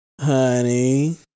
Honey